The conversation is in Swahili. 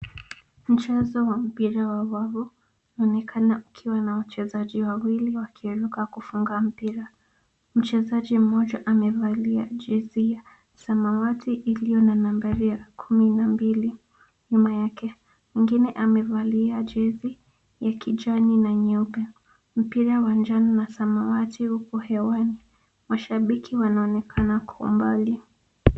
Mchezo wa mpira wa wavu, unaonekana ukiwa na wachezaji wawili wakiruka kufunga mpira. Mchezaji mmoja amevalia jezi samawati iliyo na nambari ya kumi na mbili, nyuma yake. Mwingine amevalia jezi ya kijani na nyeupe. Mpira wa manjano na samawati huko hewani. Mashabiki wanaonekana kwa umbali.